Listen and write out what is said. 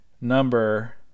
number